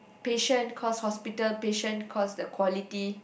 patient cause hospital patient cause the quality